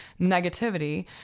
negativity